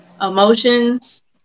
emotions